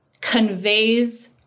conveys